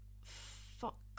fuck